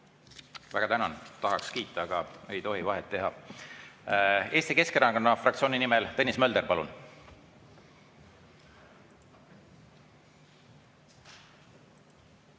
Väga tänan! Tahaksin kiita, aga ei tohi vahet teha. Eesti Keskerakonna fraktsiooni nimel Tõnis Mölder, palun!